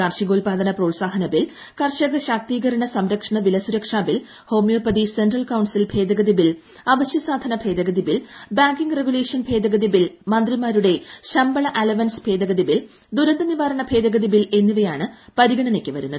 കാർഷികോത്പാദന പ്രോത്സാഹന ബിൽ കർഷക ശാക്തീകരണ സംരക്ഷണ വില സുരക്ഷാ ബിൽ ഹോമിയോപ്പതി സെൻട്രൽ കൌൺസിൽ ഭേദഗതി ബിൽ അവശ്യ സാധന ഭേദഗതി ബിൽ ബാങ്കിംഗ് റെഗുലേഷൻ ഭേഗദതി ബിൽ മന്ത്രിമാരുടെ ശമ്പള അലവൻസ് ഭേദഗതി ബിൽ ദുരന്ത നിവാരണ ഭേഗദതി ബിൽ എന്നിവയാണ് പരിഗണനയ്ക്ക് വരുന്നത്